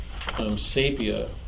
Sapia